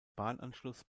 bahnanschluss